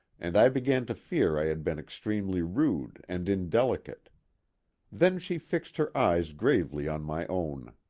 and i began to fear i had been extremely rude and indelicate then she fixed her eyes gravely on my own.